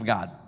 God